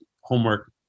homework